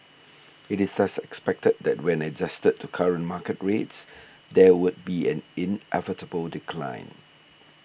it is thus expected that when adjusted to current market rates there would be an inevitable decline